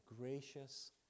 gracious